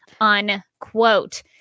unquote